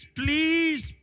please